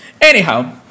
Anyhow